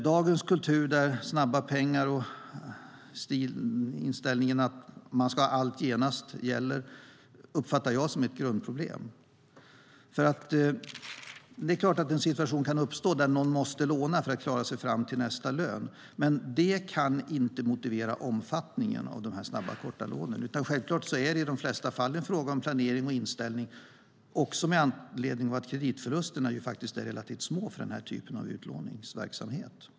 Dagens kultur, där snabba pengar och inställningen att man ska ha allt genast gäller, uppfattar jag som ett grundproblem. Det är klart att en situation kan uppstå där någon måste låna för att klara sig fram till nästa lön. Men det kan inte motivera omfattningen av de här snabba, korta lånen. Självklart är det i de flesta fall en fråga om planering och inställning, också med anledning av att kreditförlusterna faktiskt är relativt små för den här typen av utlåningsverksamhet.